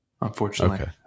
Unfortunately